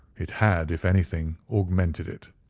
it had, if anything, augmented it.